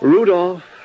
Rudolph